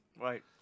Right